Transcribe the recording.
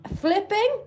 flipping